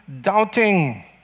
doubting